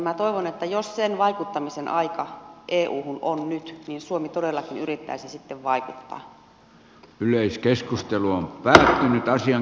minä toivon että jos sen vaikuttamisen aika euhun on nyt niin suomi todellakin yrittäisi sitten vaikuttaa